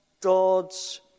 God's